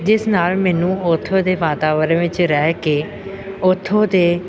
ਜਿਸ ਨਾਲ ਮੈਨੂੰ ਉੱਥੋਂ ਦੇ ਵਾਤਾਵਰਨ ਵਿੱਚ ਰਹਿ ਕੇ ਉੱਥੋਂ ਦੇ